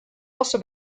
also